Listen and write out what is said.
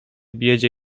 biedzie